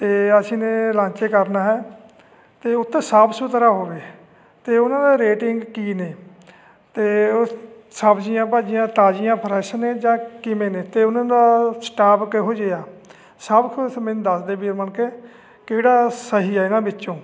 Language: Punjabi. ਅਤੇ ਅਸੀਂ ਨੇ ਲੰਚ ਕਰਨਾ ਹੈ ਅਤੇ ਉੱਥੇ ਸਾਫ ਸੁਥਰਾ ਹੋਵੇ ਅਤੇ ਉਹਨਾਂ ਦਾ ਰੇਟਿੰਗ ਕੀ ਨੇ ਅਤੇ ਉਹ ਸਬਜ਼ੀਆਂ ਭਾਜੀਆਂ ਤਾਜ਼ੀਆਂ ਫਰੈਸ਼ ਨੇ ਜਾਂ ਕਿਵੇਂ ਨੇ ਅਤੇ ਉਹਨਾਂ ਦਾ ਸਟਾਫ ਕਿਹੋ ਜਿਹਾ ਸਭ ਕੁਛ ਮੈਨੂੰ ਦੱਸਦੇ ਵੀਰ ਬਣ ਕੇ ਕਿਹੜਾ ਸਹੀ ਹੈ ਇਹਨਾਂ ਵਿੱਚੋਂ